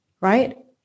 right